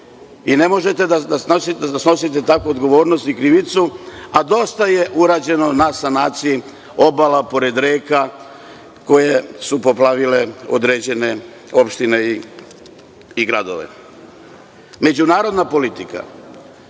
I, ne možete da snosite takvu odgovornost i krivicu, a dosta je urađeno na sanaciji obala pored reka koje su poplavile određene opštine i gradove.Međunarodna politika,